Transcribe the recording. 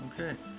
Okay